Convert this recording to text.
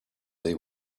they